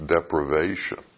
deprivation